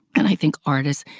and i think artists,